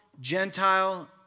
Gentile